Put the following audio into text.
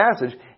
passage